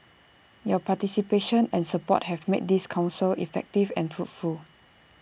your participation and support have made this Council effective and fruitful